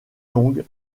longue